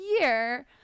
year